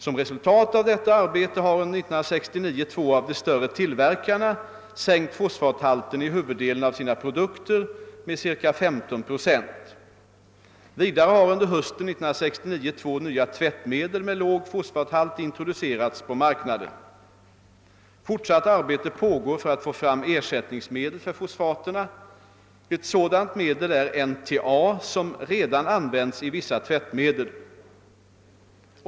Som resultat av detta arbete har under 1969 två av de större tillverkarna sänkt fosfathalten i huvuddelen av sina produkter med ca 15 procent. Vidare har under hösten 1969 två nya tvättmedel med låg fosfathalt introducerats på marknaden. Fortsatt arbete pågår för att få fram ersättningsmedel för fosfaterna. Ett sådant medel är NTA som redan används i vissa tvättmedel.